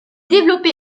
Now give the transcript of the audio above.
développé